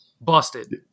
Busted